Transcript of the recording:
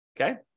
okay